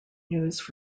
news